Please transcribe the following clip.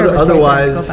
otherwise,